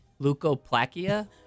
Leukoplakia